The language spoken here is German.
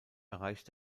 erreicht